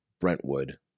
Brentwood